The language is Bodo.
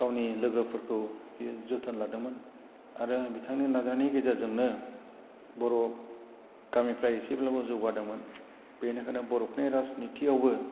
गावनि लोगोफोरखौ बियो जोथोन लादोंमोन आरो बिथांनि नाजानायनि गेजेरजोंनो बर' गामिफ्रा एसेब्लाबो जौगादोंमोन बेनिखायनो बर'फोरनि राजनिथिआवबो